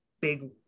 big